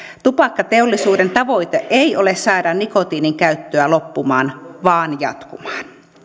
tupakkateollisuuden tavoite ei ole saada nikotiinin käyttöä loppumaan vaan jatkumaan